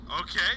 okay